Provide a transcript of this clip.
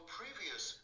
previous